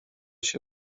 się